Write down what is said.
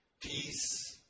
peace